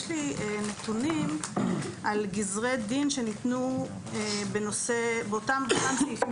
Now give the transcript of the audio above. יש לי נתונים על גזרי דין שניתנו באותם סעיפים